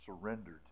surrendered